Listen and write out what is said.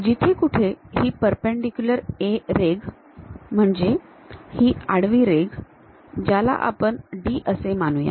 जिथे कुठे ही परपेंडीक्युलर A रेघ म्हणजे ही आडवी रेघ ज्याला आपण D असे मानूया